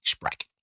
bracket